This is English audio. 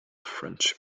french